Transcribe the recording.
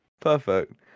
Perfect